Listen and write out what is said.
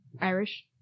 Irish